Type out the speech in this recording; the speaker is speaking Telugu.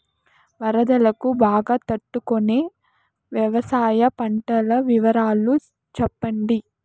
వరదలకు బాగా తట్టు కొనే వ్యవసాయ పంటల వివరాలు చెప్పండి?